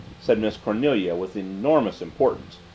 said miss cornelia with enormous importance,